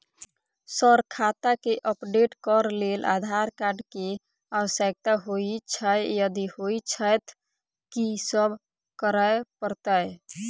Sir खाता केँ update करऽ लेल आधार कार्ड केँ आवश्यकता होइ छैय यदि होइ छैथ की सब करैपरतैय?